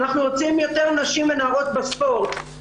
אנחנו רוצים יותר נשים ונערות בספורט,